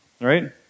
right